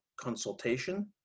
consultation